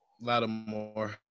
Lattimore